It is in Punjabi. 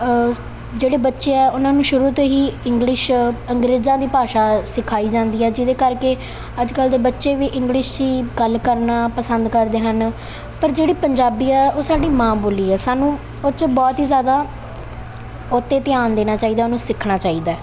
ਜਿਹੜੇ ਬੱਚੇ ਆ ਉਹਨਾਂ ਨੂੰ ਸ਼ੁਰੂ ਤੋਂ ਹੀ ਇੰਗਲਿਸ਼ ਅੰਗਰੇਜ਼ਾਂ ਦੀ ਭਾਸ਼ਾ ਸਿਖਾਈ ਜਾਂਦੀ ਹੈ ਜਿਹਦੇ ਕਰਕੇ ਅੱਜ ਕੱਲ੍ਹ ਦੇ ਬੱਚੇ ਵੀ ਇੰਗਲਿਸ਼ 'ਚ ਹੀ ਗੱਲ ਕਰਨਾ ਪਸੰਦ ਕਰਦੇ ਹਨ ਪਰ ਜਿਹੜੀ ਪੰਜਾਬੀ ਆ ਉਹ ਸਾਡੀ ਮਾਂ ਬੋਲੀ ਹੈ ਸਾਨੂੰ ਉਹ 'ਚੋਂ ਬਹੁਤ ਹੀ ਜ਼ਿਆਦਾ ਉਹ 'ਤੇ ਧਿਆਨ ਦੇਣਾ ਚਾਹੀਦਾ ਉਹਨੂੰ ਸਿੱਖਣਾ ਚਾਹੀਦਾ